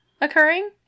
occurring